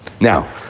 Now